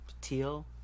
Teal